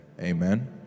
Amen